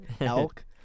elk